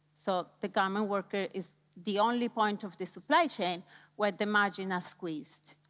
so, the garment worker is the only point of the supply chain where the margins are squeezed.